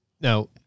Now